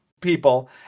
people